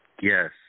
Yes